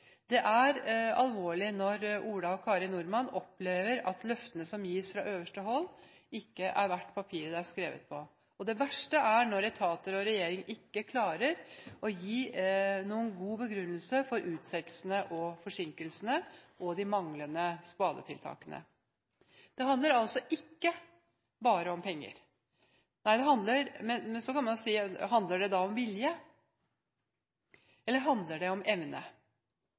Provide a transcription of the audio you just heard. Det er alvorlig når Ola og Kari Nordmann opplever at løftene som gis fra øverste hold, ikke er verdt papiret det er skrevet på, og det verste er når etater og regjering ikke klarer å gi noen god begrunnelse for utsettelsene, forsinkelsene og de manglende tiltakene. Det handler altså ikke bare om penger. Men så kan man si: Handler det da om vilje? Eller handler det om evne?